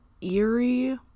eerie